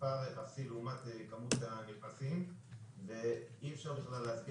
מספר אפסי לעומת כמות הנכנסים ואי אפשר בכלל הצביע